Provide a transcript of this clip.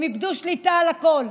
הם איבדו שליטה על הכול.